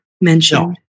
mentioned